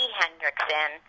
hendrickson